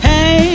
Hey